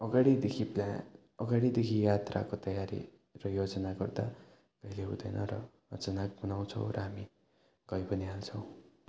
अगाडिदेखि प्लान अगाडिदेखि यात्राको तयारी र योजना गर्दा कहिले हुँदैन र अचानक बनाउँछौँ र हामी गई पनि हाल्छौँ